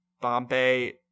Bombay